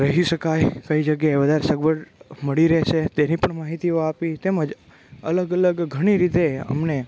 રહી શકાય કઈ જગ્યાએ વધારે સગવડ મળી રહેશે તેની પણ માહિતીઓ આપી તેમજ અલગ અલગ ઘણી રીતે અમને